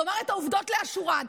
ולומר את העובדות לאשורן.